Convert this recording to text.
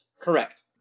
Correct